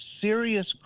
serious